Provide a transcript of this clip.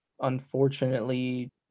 unfortunately